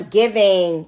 giving